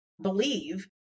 believe